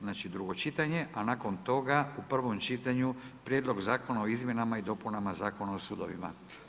Znači drugo čitanje, a nakon toga u prvom čitanju Prijedlog zakona o izmjenama i dopunama Zakona o sudovima.